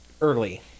early